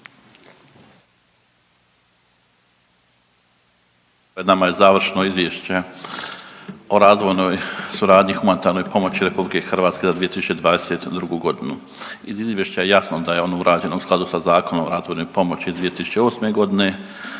Pred nama je završno izvješće o razvojnoj suradnji humanitarnoj pomoći RH za 2022. godinu. Iz izvješća je jasno da je ono urađeno u skladu sa Zakonom o razvojnoj pomoći iz 2008. godine,